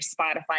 Spotify